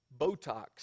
Botox